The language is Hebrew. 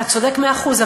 אתה צודק מאה אחוז.